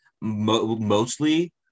mostly